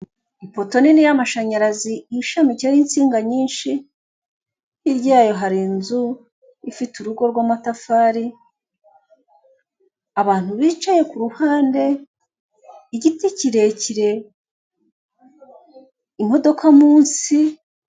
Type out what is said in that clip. Ipoto nini y'amashanyarazi ishamikiyeho insinga nyinshi, hirya yayo hari inzu ifite urugo rw'amatafari, abantu bicaye ku ruhande, igiti kirekire, imodoka munsi.